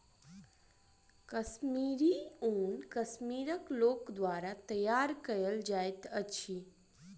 कश्मीरी ऊन कश्मीरक लोक द्वारा तैयार कयल जाइत अछि